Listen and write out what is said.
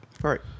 right